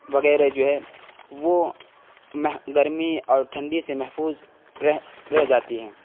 وغیرہ جو ہے وہ گرمی اور ٹھنڈی سے محفوظ رہ رہ جاتی ہیں